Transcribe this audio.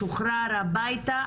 משוחרר הביתה,